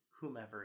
whomever